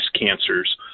cancers